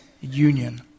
union